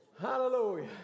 Hallelujah